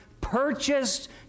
purchased